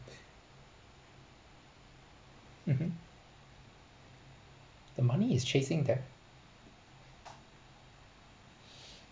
mmhmm the money is chasing them